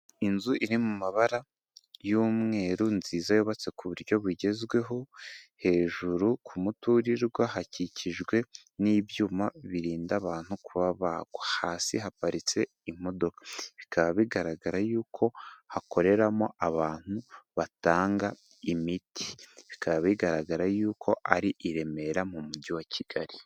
Inzu iri mu mabara y'umweru nziza yubatse ku buryo bugezweho. Hejuru ku muturirwa hakikijwe n'ibyuma birinda abantu kuba bagwa. Hasi haparitse imodoka. Bikaba bigaragara yuko hakoreramo abantu batanga imiti. Bikaba bigaragara yuko ari i Remera mu mujyi wa Kigali.